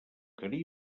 carib